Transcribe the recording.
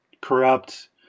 corrupt